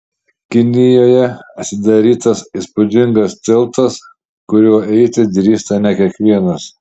kinijoje atidarytas įspūdingas tiltas kuriuo eiti drįsta ne kiekvienas